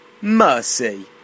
mercy